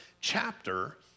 chapter